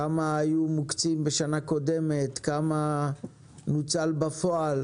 כמה היו מוקצים בשנה קודמת, כמה נוצל בפועל